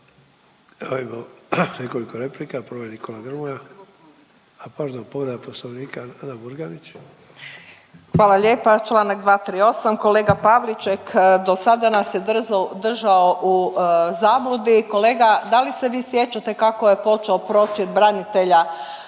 Evo, imamo nekoliko replika. Prva je Nikola Grmoja. A pardon, povreda Poslovnika, Nada Murganić. **Murganić, Nada (HDZ)** Hvala lijepa. Čl. 238. Kolega Pavliček, do sada nas je držao u zabludi. Kolega, da li se vi sjećate kako je počeo prosvjed branitelja